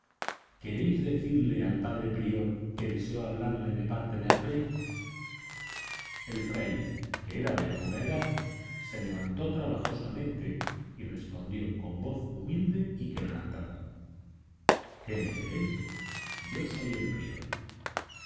queréis decirle al padre prior que deseo hablarle de parte del rey el fraile que era hombre de alguna edad se levantó trabajosamente y respondió con voz humilde y quebrantada qué me queréis yo soy el prior